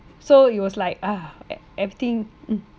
so it was like ah ev~ everything